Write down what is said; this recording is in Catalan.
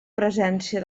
presència